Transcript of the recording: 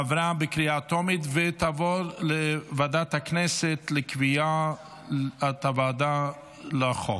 עברה בקריאה טרומית ותעבור לוועדת הכנסת לקביעת הוועדה לחוק.